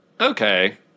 Okay